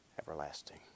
everlasting